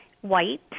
White